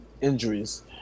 injuries